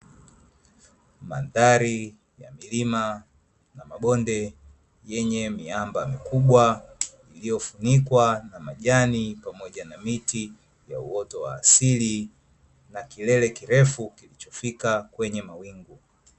Mandhari ya milima na mabonde yenye miamba mikubwa, iliyofunikwa na majani pamoja na miti ya uoto wa asili na kilele kirefu kilichofika kwenye mawingu.